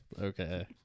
Okay